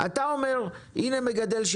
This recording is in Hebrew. אני לא אומר: בוא ניתן לו,